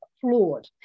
flawed